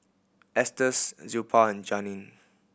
Estes Zilpah and Janine